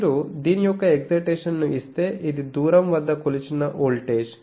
మీరు దీని యొక్క ఎక్సైటేషన్ ని ఇస్తే ఇది దూరం వద్ద కొలిచిన వోల్టేజ్